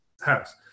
house